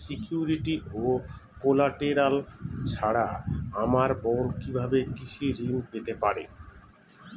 Security ও collateral ছাড়া আমার বোন কিভাবে কৃষি ঋন পেতে পারে?